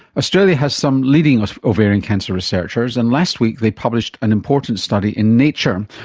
australia has some leading ovarian cancer researchers and last week they published an important study in nature,